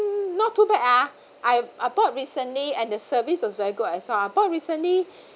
not too bad ah I I bought recently and the service was very good as well I bought recently